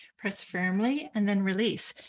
press firmly and then release.